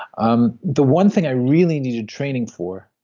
um the one thing i really needed training for,